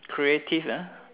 creative ah